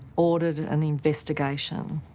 ordered an investigation,